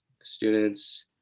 students